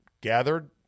gathered